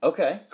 Okay